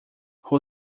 who